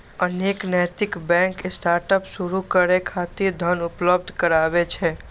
अनेक नैतिक bank startup शुरू करै खातिर धन उपलब्ध कराबै छै